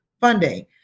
funding